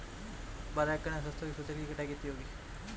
बारह एकड़ में सरसों की फसल की कटाई कितनी होगी?